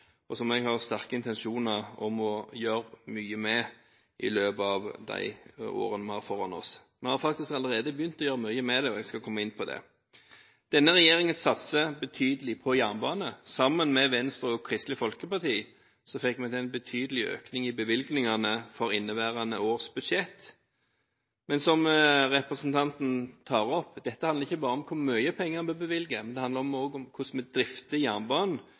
og som jeg har sterke intensjoner om å gjøre mye med i løpet av de årene vi har foran oss. Vi har faktisk allerede begynt å gjøre mye med det, og jeg skal komme inn på det. Denne regjeringen satser betydelig på jernbane. Sammen med Venstre og Kristelig Folkeparti fikk vi til en betydelig økning i bevilgningene for inneværende års budsjett. Men som representanten tar opp: Dette handler ikke bare om hvor mye penger en bør bevilge, det handler også om hvordan vi drifter jernbanen,